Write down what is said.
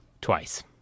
Twice